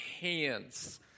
hands